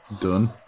done